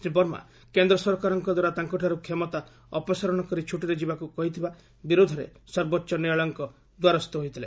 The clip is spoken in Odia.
ଶ୍ରୀ ବର୍ମା କେନ୍ଦ୍ର ସରକାରଙ୍କ ଦ୍ୱାରା ତାଙ୍କଠାରୁ କ୍ଷମତା ଅପସାରଣ କରି ଛୁଟିରେ ଯିବାକୁ କହିଥିବା ବିରୋଧରେ ସର୍ବୋଚ୍ଚ ନ୍ୟାୟାଳୟଙ୍କ ଦ୍ୱାରସ୍ଥ ହୋଇଥିଲେ